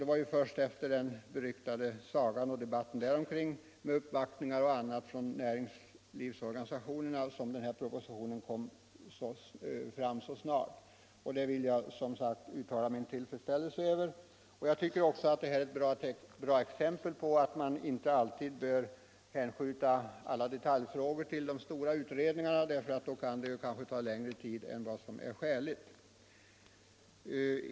Det var den beryktade regler för egenavgif Pomperipossasagan och debatten omkring den, med uppvaktningar och = ter annat från näringslivets organisationer, som gjorde att propositionen ändå kom fram så snart genom finansministerns försorg. Det vill jag uttala min tillfredsställelse över. Jag tycker också att det är ett bra exempel på att man inte alltid bör hänskjuta alla detaljfrågor till stora utredningar, för då kan det ta längre tid än vad som är skäligt.